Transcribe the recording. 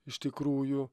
iš tikrųjų